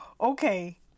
Okay